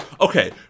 Okay